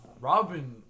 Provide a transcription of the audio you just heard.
Robin